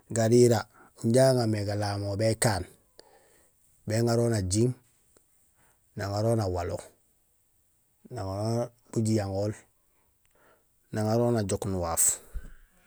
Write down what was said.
Garira inja aŋa mé galamool békaan béŋarol najing naŋarol nawalo naŋarol bujiyaŋol naŋarol najook nuwaaf.